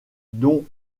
don